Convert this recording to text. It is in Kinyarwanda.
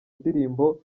ndirimbo